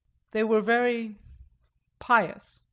they were very pious.